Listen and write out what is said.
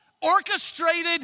orchestrated